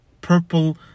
purple